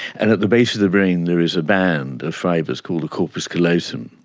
and at the base of the brain there is a band of fibres called a corpus callosum.